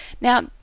Now